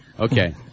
Okay